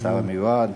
השר המיועד,